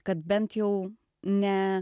kad bent jau ne